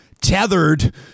tethered